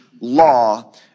law